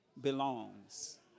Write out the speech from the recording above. belongs